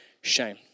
shame